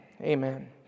Amen